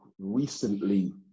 recently